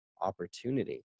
opportunity